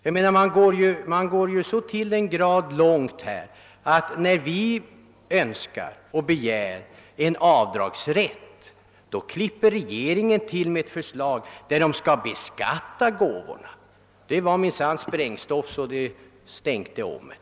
Regeringen var inne på tanken att bemöta vår begäran om avdragsrätt för gåvor med ett förslag om beskattning av gåvorna. Det var minsann sprängstoff så det sprakade om det.